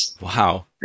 Wow